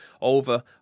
over